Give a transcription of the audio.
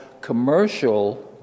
commercial